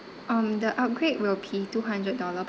um the upgrade will be two hundred dollar